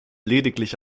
lediglich